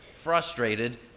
frustrated